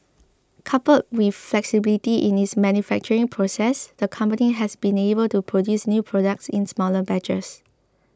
coupled with flexibility in its manufacturing process the company has been able to produce new products in smaller batches